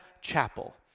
Chapel